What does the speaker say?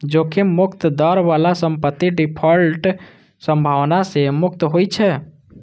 जोखिम मुक्त दर बला संपत्ति डिफॉल्टक संभावना सं मुक्त होइ छै